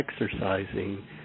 exercising